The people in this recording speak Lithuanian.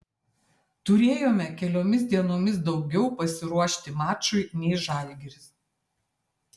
turėjome keliomis dienomis daugiau pasiruošti mačui nei žalgiris